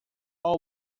all